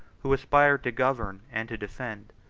who aspired to govern, and to defend,